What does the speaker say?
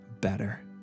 better